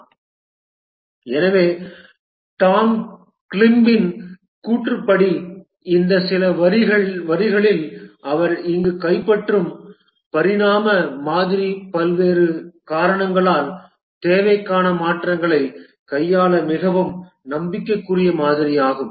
" எனவே டாம் கிளிபின் கூற்றுப்படி இந்த சில வரிகளில் அவர் இங்கு கைப்பற்றும் பரிணாம மாதிரி பல்வேறு காரணங்களால் தேவைக்கான மாற்றங்களைக் கையாள மிகவும் நம்பிக்கைக்குரிய மாதிரியாகும்